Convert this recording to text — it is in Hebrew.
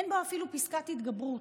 אין בו אפילו פסקת התגברות.